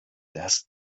دست